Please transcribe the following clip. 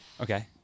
Okay